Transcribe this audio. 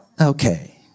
Okay